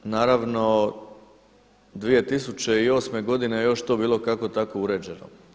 Naravno 2008. godine je još to bilo kako tako uređeno.